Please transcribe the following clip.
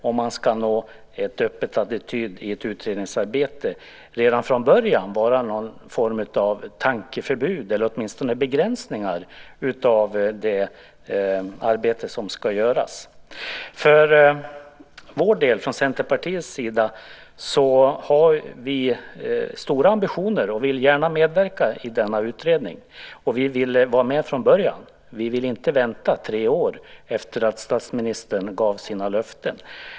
Om man ska nå en öppen attityd i ett utredningsarbete får det inte redan från början vara någon form av tankeförbud eller begränsningar av det arbete som ska göras. Från Centerpartiets sida har vi stora ambitioner och vill gärna medverka i denna utredning. Och vi vill vara med från början. Vi vill inte vänta tre år efter att statsministern gav sina löften.